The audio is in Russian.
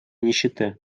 нищеты